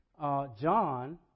John